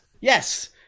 Yes